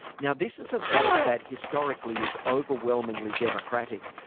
now this is a vote that historically is overwhelmingly democratic.